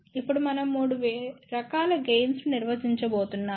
ఇప్పుడు మనం 3 రకాల గెయిన్స్ ను నిర్వచించబోతున్నాము